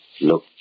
Look